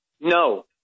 No